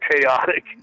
chaotic